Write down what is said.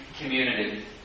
community